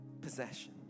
possession